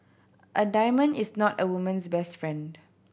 a diamond is not a woman's best friend